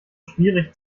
schwierig